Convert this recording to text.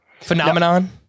phenomenon